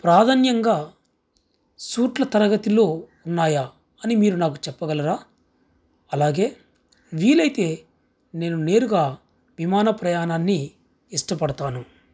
ప్రాధాన్యంగా సూట్లు తరగతిలో ఉన్నాయా అని మీరు నాకు చెప్పగలరా అలాగే వీలైతే నేను నేరుగా విమాన ప్రయాణాన్ని ఇష్టపడతాను